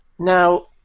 Now